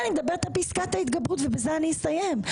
אני מדברת על פסקת ההתגברות ובזה אני אסיים.